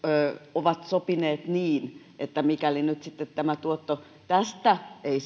ovat sopineet niin että mikäli nyt sitten tämä tuotto tästä ei